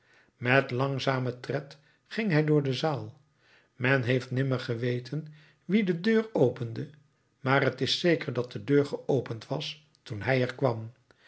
met langzamen tred ging hij door de zaal men heeft nimmer geweten wie de deur opende maar t is zeker dat de deur geopend was toen hij er kwam